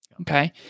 Okay